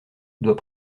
doit